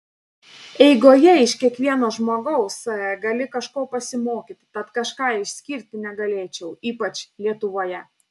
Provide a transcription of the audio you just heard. eigoje iš kiekvieno žmogaus gali kažko pasimokyti tad kažką išskirti negalėčiau ypač lietuvoje